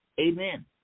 Amen